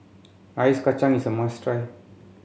Ice Kachang is a must try